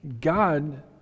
God